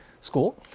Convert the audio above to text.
school